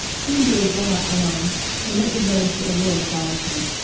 he who had grown up alone had lately learned to avoid solitude.